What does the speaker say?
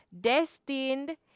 destined